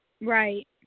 Right